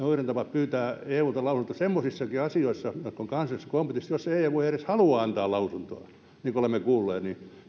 pyytää eulta lausunto semmoisissakin asioissa jotka ovat kansallisessa kompetenssissa jossa eu ei edes halua antaa lausuntoa niin kuin olemme kuulleet